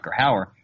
Hauer